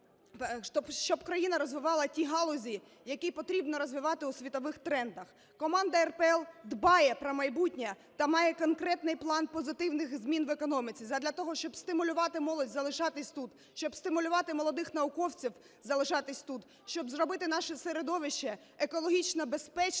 щоб країна розвивала ті галузі, які потрібно розвивати у світових трендах. Команда РПЛ дбає про майбутнє та має конкретний план позитивних змін в економіці задля того, щоб стимулювати молодь залишатись тут, щоб стимулювати молодих науковців залишатись тут, щоб зробити наше середовище екологічно безпечним